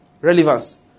relevance